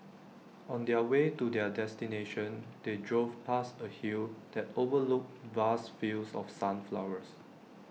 on the way to their destination they drove past A hill that overlooked vast fields of sunflowers